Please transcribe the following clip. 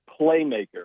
playmaker